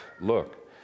Look